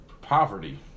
Poverty